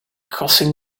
crossing